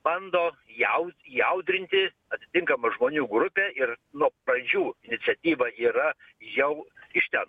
bando jaus įaudrinti atitinkamą žmonių grupę ir nuo pradžių iniciatyva yra jau iš ten